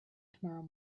tomorrow